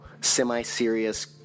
semi-serious